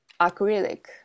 acrylic